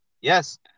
Yes